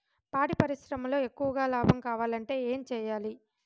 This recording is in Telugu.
పాడి పరిశ్రమలో ఎక్కువగా లాభం కావాలంటే ఏం చేయాలి?